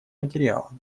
материала